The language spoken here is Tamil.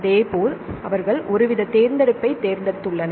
அதேபோல் அவர்கள் ஒருவித தேர்ந்தெடுப்பைத் தேர்ந்தெடுத்துள்ளனர்